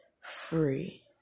free